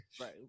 Right